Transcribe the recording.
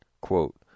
Quote